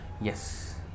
Yes